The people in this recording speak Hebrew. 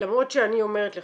למרות שאני אומרת לך,